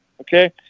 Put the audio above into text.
okay